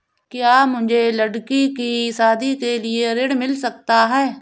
क्या मुझे लडकी की शादी के लिए ऋण मिल सकता है?